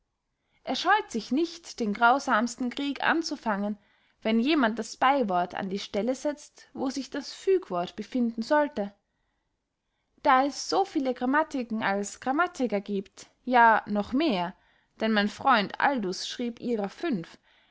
er scheut sich nicht den grausamsten krieg anzufangen wenn jemand das beywort an die stelle setzt wo sich das fügwort befinden sollte da es so viele gramatiken als grammatiker giebt ja noch mehr denn mein freund aldus schrieb ihrer fünf